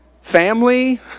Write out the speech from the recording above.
Family